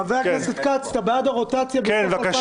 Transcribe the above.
חבר הכנסת כץ, אתה בעד רוטציה בסוף 2021?